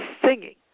singing